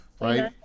right